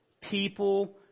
people